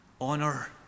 honor